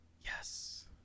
Yes